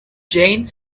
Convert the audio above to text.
jane